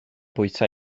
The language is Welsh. bwyta